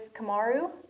Kamaru